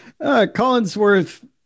collinsworth